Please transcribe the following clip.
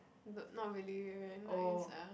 but not really very nice ah